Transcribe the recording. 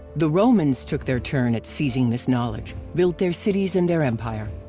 the romans, took their turn at seizing this knowledge, built their cities and their empire.